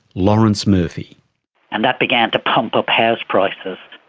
laurence murphy and that began to pump up house prices.